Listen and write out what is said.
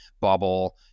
bubble